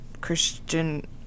christian